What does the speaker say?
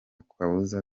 kabuza